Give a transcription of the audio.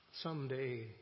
someday